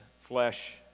flesh